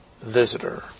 visitor